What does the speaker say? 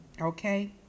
Okay